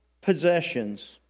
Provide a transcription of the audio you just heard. possessions